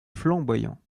flamboyant